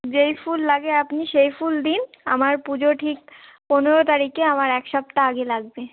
যেই ফুল লাগে আপনি সেই ফুল দিন আমার পুজো ঠিক পনেরো তারিখে আমার এক সপ্তাহ আগে লাগবে